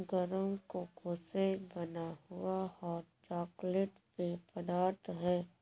गरम कोको से बना हुआ हॉट चॉकलेट पेय पदार्थ है